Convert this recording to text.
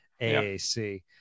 AAC